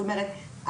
זאת אומרת,